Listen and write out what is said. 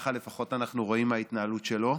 ככה לפחות אנחנו רואים מההתנהלות שלו.